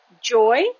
joy